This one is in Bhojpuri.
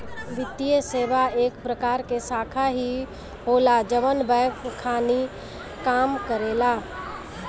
वित्तीये सेवा एक प्रकार के शाखा ही होला जवन बैंक खानी काम करेला